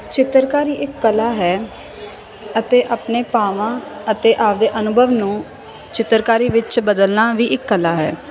ਚਿੱਤਰਕਾਰੀ ਇੱਕ ਕਲਾ ਹੈ ਅਤੇ ਆਪਣੇ ਭਾਵਾਂ ਅਤੇ ਆਪਣੇ ਅਨੁਭਵ ਨੂੰ ਚਿੱਤਰਕਾਰੀ ਵਿੱਚ ਬਦਲਣਾ ਵੀ ਇੱਕ ਕਲਾ ਹੈ